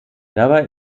dabei